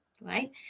right